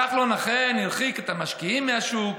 כחלון אכן הרחיק את המשקיעים מהשוק,